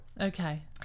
Okay